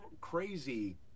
crazy